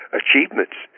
achievements